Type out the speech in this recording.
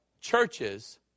churches